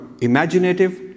imaginative